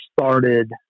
started